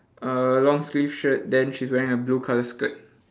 uh long sleeve shirt then she's wearing a blue colour skirt